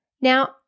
Now